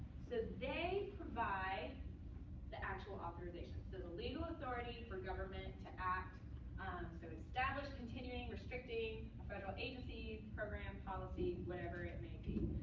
so they provide the actual authorization, so the legal authority for government to act to so establish continuing restricting a federal agency, program, policy, whatever it may be.